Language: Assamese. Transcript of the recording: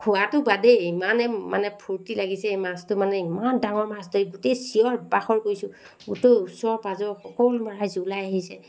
খোৱাতো বাদেই ইমানে মানে ফূৰ্তি লাগিছে এই মাছটো মানে ইমান ডাঙৰ মাছ ধৰি গোটেই চিঞৰ বাখৰ কৰিছো গোটেই ওচৰ পাঁজৰ সকলো ৰাইজ ওলাই আহিছে